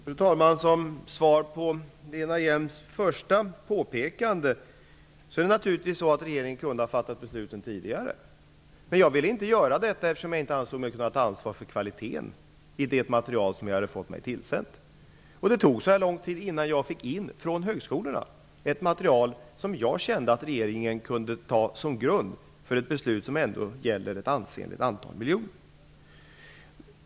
Fru talman! För att bemöta Lena Hjelm-Walléns första påpekande kan jag säga att regeringen naturligtvis skulle ha kunnat fatta ett beslut tidigare. Men jag ville inte göra det, eftersom jag inte ansåg mig kunna ta ansvar för kvaliteten i det material som jag hade fått mig tillsänt. Det tog så här lång tid innan jag fick in ett material från högskolorna som jag kände att regeringen kunde ha som grund för ett beslut som ändå gäller ett ansenligt antal miljoner.